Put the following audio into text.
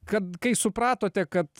kad kai supratote kad